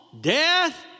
death